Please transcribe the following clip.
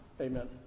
Amen